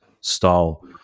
style